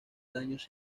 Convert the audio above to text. daños